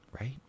right